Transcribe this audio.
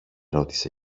ρώτησε